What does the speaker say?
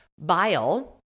Bile